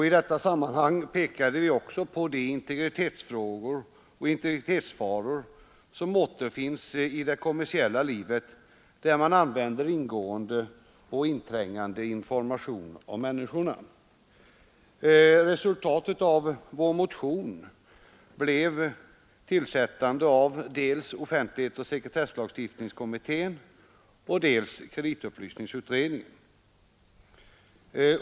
I detta sammanhang pekade vi också på de integritetsfaror som återfinns i det kommersiella livet, där man använder ingående och inträngande information om människorna. Resultatet av vår motion blev tillsättandet av dels offentlighetsoch sekretesslagstiftningskommittén, dels kreditupplysningsutredningen.